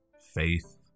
faith